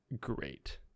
great